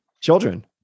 children